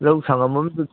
ꯂꯧ ꯁꯪꯉꯝ ꯑꯃꯗꯨꯁꯨ